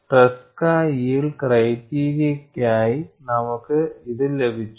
Tresca yield ക്രൈറ്റീരിയക്കായി നമുക്ക് ഇത് ലഭിച്ചു